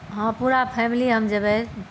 हँ पूरा फैमिली हम जेबै